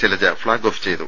Shailaja flag off ചെയ്തു